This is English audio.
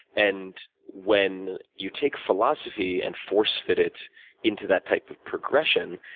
and when you take philosophy and force fit it into that type of progression,